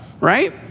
right